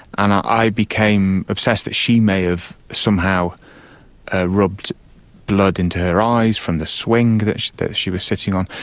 and i became obsessed that she may have somehow rubbed blood into her eyes from the swing that she that she was sitting on.